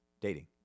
dating